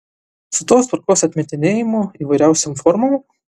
su tos tvarkos atmetinėjimu įvairiausiom formom